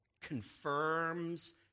confirms